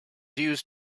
used